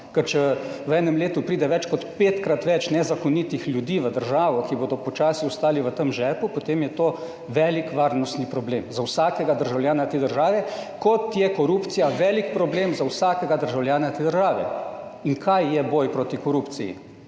ker če v enem letu pride več kot petkrat več nezakonitih ljudi v državo, ki bodo počasi ostali v tem žepu, potem je to velik varnostni problem za vsakega državljana te države, kot je korupcija velik problem za vsakega državljana te države. In kaj je boj proti korupciji?